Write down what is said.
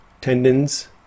tendons